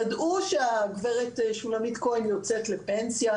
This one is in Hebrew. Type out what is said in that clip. ידעו שהגב' שולמית כהן יוצאת לפנסיה,